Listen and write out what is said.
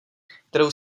kterou